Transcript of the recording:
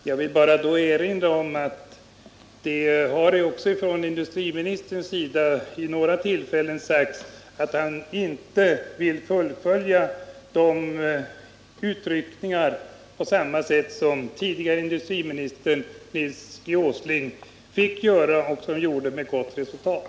Herr talman! Jag vill bara erinra om att industriministern vid några tillfällen sagt att han inte avsåg att fullfölja de utryckningar som den tidigare industriministern Nils G. Åsling fick göra och som gav goda resultat.